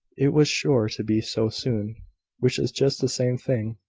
it was sure to be so soon which is just the same thing.